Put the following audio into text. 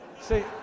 See